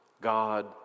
God